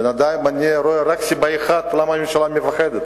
בינתיים אני רואה רק סיבה אחת למה הממשלה מפחדת,